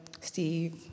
Steve